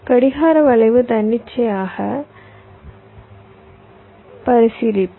கடிகார வளைவு தனித்தனியாக பரிசீலிப்போம்